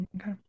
okay